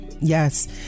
Yes